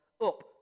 up